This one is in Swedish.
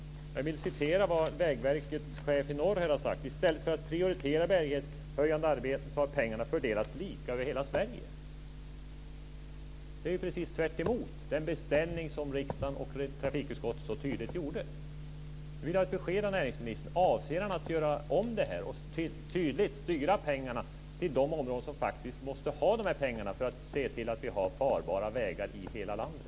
Jag vill återge vad Vägverkets chef i norr har sagt: I stället för att prioritera bärighetshöjande arbete har pengarna fördelats lika över hela Sverige. Detta är ju precis tvärtemot den beställning som riksdagen och trafikutskottet så tydligt gjorde. Nu vill jag ha ett besked av näringsministern. Avser han att göra om det här och tydligt styra pengarna till de områden som faktiskt måste ha pengarna för att se till att vi har farbara vägar i hela landet?